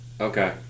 Okay